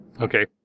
Okay